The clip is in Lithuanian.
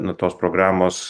nu tos programos